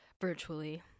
virtually